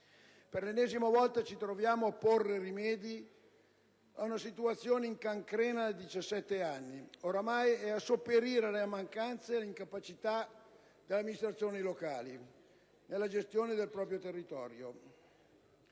Per l'ennesima volta ci troviamo a porre rimedi ad una situazione in cancrena ormai da 17 anni e a sopperire alle mancanze e all'incapacità delle amministrazioni locali nella gestione del proprio territorio.